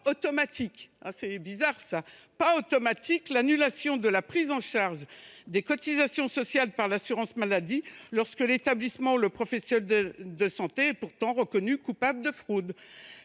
pas automatique – comme c’est bizarre… – cette annulation de la prise en charge des cotisations sociales par l’assurance maladie lorsque l’établissement ou le professionnel de santé est reconnu coupable de fraude.